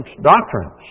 doctrines